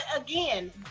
again